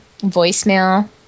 voicemail